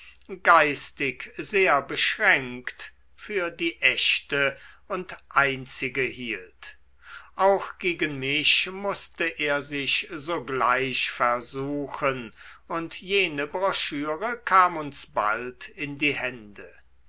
geistig sehr beschränkt für die echte und einzige hielt auch gegen mich mußte er sich sogleich versuchen und jene broschüre kam uns bald in die hände